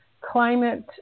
climate